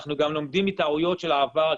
אנחנו גם לומדים מטעויות של העבר.